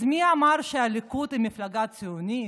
אז מי אמר שהליכוד הוא מפלגה ציונית?